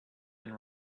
been